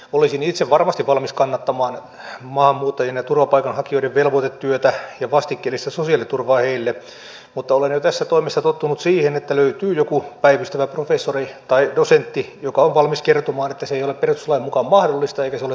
olisin itse varmasti valmis kannattamaan maahanmuuttajien ja turvapaikanhakijoiden velvoitetyötä ja vastikkeellista sosiaaliturvaa heille mutta olen jo tässä toimessa tottunut siihen että löytyy joku päivystävä professori tai dosentti joka on valmis kertomaan että se ei ole perustuslain mukaan mahdollista eikä se ole toteutettavissa